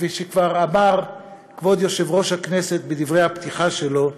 כפי שכבר אמר כבוד יושב-ראש הכנסת בדברי הפתיחה שלו,